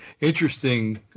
Interesting